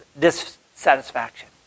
dissatisfaction